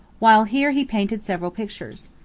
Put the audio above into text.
while here he painted several pictures.